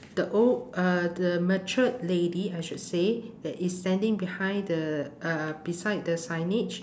the old uh the matured lady I should say that is standing behind the uh beside the signage